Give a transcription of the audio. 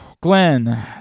Glenn